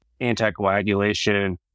anticoagulation